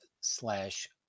slash